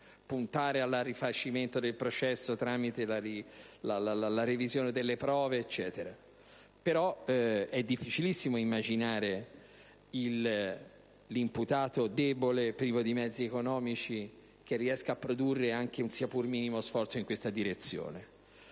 puntando al rifacimento del processo tramite la revisione delle prove; però, è difficilissimo immaginare l'imputato debole e privo di mezzi economici riuscire a produrre un sia pur minimo sforzo in questa direzione.